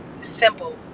simple